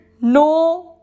No